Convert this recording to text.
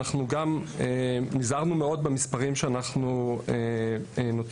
אנחנו גם נזהרנו מאוד במספרים שאנחנו נותנים.